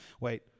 Wait